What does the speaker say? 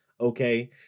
Okay